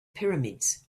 pyramids